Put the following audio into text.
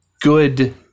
good